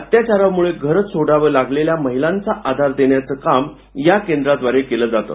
अत्याचारामुळे घर सोडावं लागलेल्या महिलांना आधार देण्याचं काम या केंद्राद्वारे केले जातं